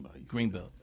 Greenbelt